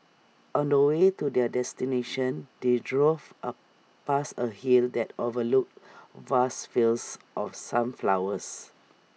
on the way to their destination they drove A past A hill that overlooked vast fields of sunflowers